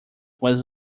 was